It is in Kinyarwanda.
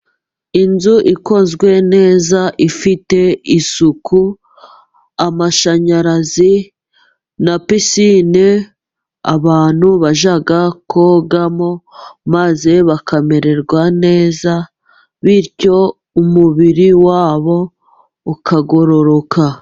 Inzu ikozwe neza ifite isuku, amashanyarazi na pisine abantu bajya kogamo maze bakamererwa neza bityo umubiri wabo ukagororoka.